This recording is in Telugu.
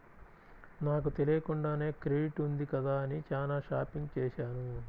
నాకు తెలియకుండానే క్రెడిట్ ఉంది కదా అని చానా షాపింగ్ చేశాను